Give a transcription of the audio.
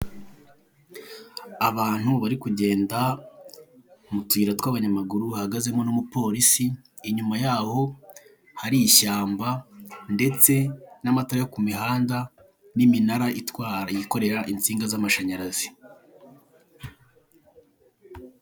Abantu bari kugenda mu tuyira twabanyamaguru hahagazemo n'umuporisi, inyuma yaho hari ishyamba ndetse n'amatara yo ku mihanda n'iminara itwara ikorera insinga z'amashanyarazi.